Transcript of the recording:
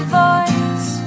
voice